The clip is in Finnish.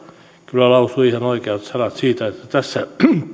kyllä lausui ihan oikeat sanat siitä että tässä